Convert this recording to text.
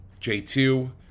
J2